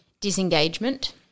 Disengagement